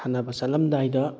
ꯁꯥꯟꯅꯕ ꯆꯠꯂꯝꯗꯥꯏꯗ